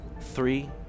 three